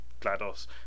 Glados